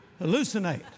hallucinate